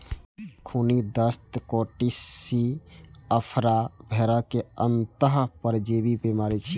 खूनी दस्त, कीटोसिस, आफरा भेड़क अंतः परजीवी बीमारी छियै